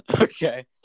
Okay